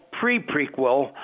pre-prequel